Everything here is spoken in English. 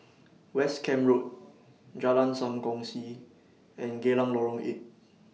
West Camp Road Jalan SAM Kongsi and Geylang Lorong eight